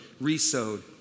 re-sowed